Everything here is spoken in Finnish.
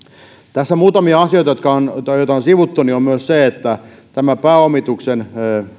tässä muutamia asioita joita on sivuttu on myös se että pääomituksen